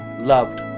loved